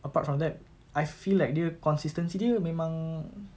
apart from that I feel like dia consistency dia memang